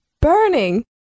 burning